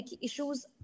issues